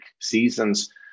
seasons